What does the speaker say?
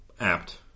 apt